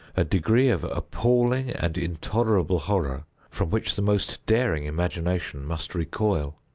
a degree of appalling and intolerable horror from which the most daring imagination must recoil.